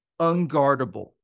unguardable